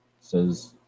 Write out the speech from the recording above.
says